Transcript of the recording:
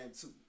two